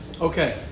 Okay